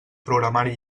programari